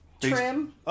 Trim